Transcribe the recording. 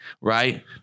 right